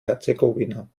herzegowina